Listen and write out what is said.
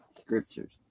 scriptures